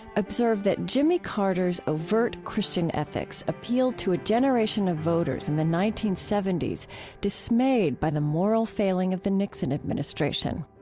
observed that jimmy carter's overt christian ethics appealed to a generation of voters in the nineteen seventy s dismayed by the moral failing of the nixon administration.